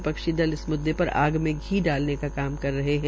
विपक्षी दल इस मुद्दे पर आग में घी डालने का काम रहे है